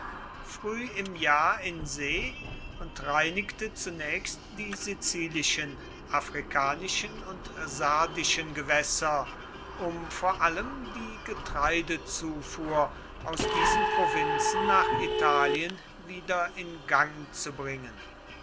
früh im jahr in see und reinigte zunächst die sizilischen afrikanischen und sardischen gewässer um vor allem die getreidezufuhr aus diesen provinzen nach italien wieder in gang zu bringen